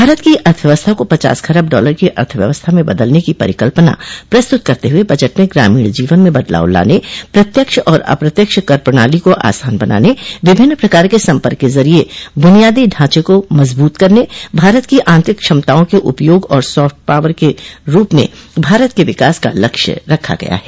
भारत की अर्थव्यवस्था को पचास खरब डॉलर की अर्थव्यवस्था में बदलने की परिकल्पना प्रस्तुत करते हुए बजट में ग्रामीण जीवन में बदलाव लाने प्रत्यक्ष और अप्रत्यक्ष कर प्रणाली को आसान बनाने विभिन्न प्रकार के संपर्क के जरिए बुनियादी ढांचे को मजबूत करने भारत की आंतरिक क्षमताओं के उपयाग और सॉफ्ट पावर के रूप में भारत के विकास का लक्ष्य रखा गया है